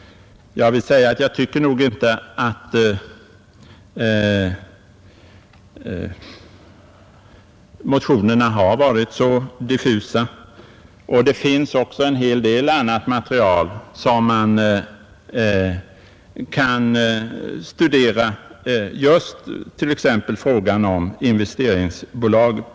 Jag tycker nog inte att motionerna har varit så diffusa, och det finns också en hel del annat material att studera, just i fråga om t.ex. investeringsbolaget.